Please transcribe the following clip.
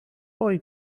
poi